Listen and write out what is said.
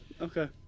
Okay